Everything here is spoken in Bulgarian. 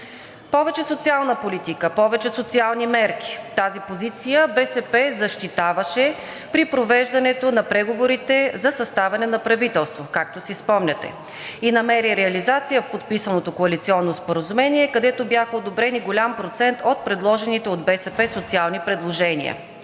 Повече социална политика, повече социални мерки – тази позиция БСП защитаваше при провеждането на преговорите за съставяне на правителство, както си спомняте, и намери реализация в подписаното коалиционно споразумение, където бяха одобрени голям процент от предложените от БСП социални предложения.